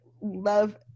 love